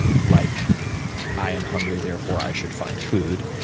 like i am hungry, therefore i should find food.